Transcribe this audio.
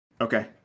Okay